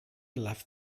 left